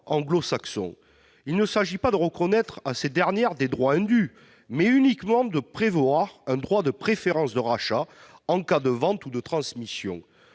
anglo-saxon. Il s'agit non pas de reconnaître à ces dernières des droits indus, mais uniquement de prévoir une préférence de rachat en cas de vente ou de transmission.